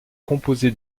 composé